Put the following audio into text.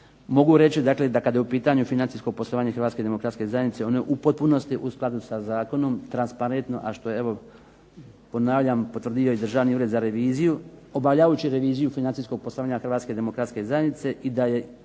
mogu reći dakle da kada je u pitanju financijsko poslovanje Hrvatske demokratske zajednice, ono je u potpunosti u skladu sa zakonom, transparentno, a što je evo ponavljam potvrdio i Državni ured za reviziju, obavljajući reviziju financijskog poslovanja Hrvatske demokratske zajednice i da je